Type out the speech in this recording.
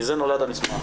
מזה נולד המסמך.